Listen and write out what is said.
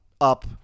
up